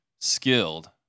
skilled